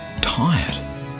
tired